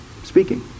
Speaking